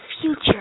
future